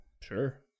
Sure